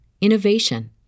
innovation